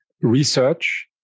research